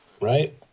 Right